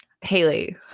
Haley